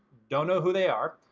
don't know who they are,